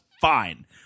Fine